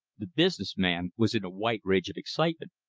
the business man was in a white rage of excitement.